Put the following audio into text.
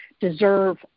deserve